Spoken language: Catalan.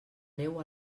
neu